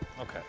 Okay